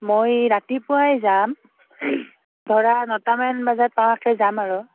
মই ৰাতিপুৱাই যাম ধৰা নটামান বজাত পাৱাকে যাম আৰু